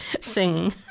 singing